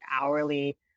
hourly